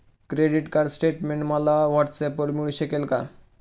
Credit card statement मला व्हॉट्सऍपवर मिळू शकेल का?